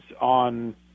on